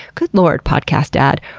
good lord, podcast dad,